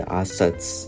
assets